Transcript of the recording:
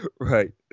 Right